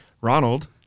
Ronald